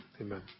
Amen